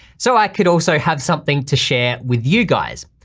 so i could also have something to share with you guys.